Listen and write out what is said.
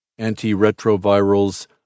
antiretrovirals